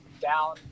down